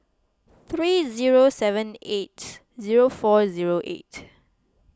three zero seven eight zero four zero eight